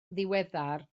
ddiweddar